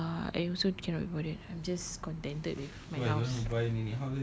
I don't know lah I also cannot be bothered I'm just contented with my house